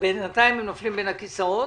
בינתיים הן נופלות בין הכיסאות